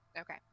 Okay